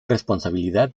responsabilidad